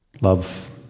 Love